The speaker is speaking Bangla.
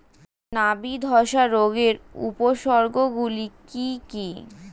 নাবি ধসা রোগের উপসর্গগুলি কি কি?